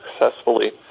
successfully